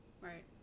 right